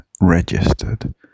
registered